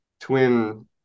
twin